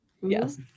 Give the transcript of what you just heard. Yes